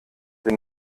der